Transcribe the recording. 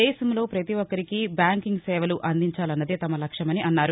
దేశంలో ప్రతి ఒక్కరికీ బ్యాంకింగ్ సేవలు అందిచాలన్నదే తమ లక్ష్మమని అన్నారు